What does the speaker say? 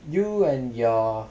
you and your